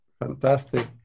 Fantastic